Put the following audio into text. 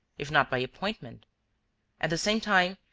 if not by appointment at the same time,